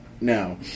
No